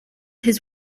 his